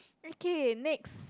okay next